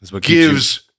gives